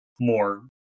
more